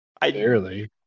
Barely